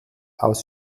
aus